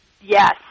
Yes